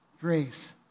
grace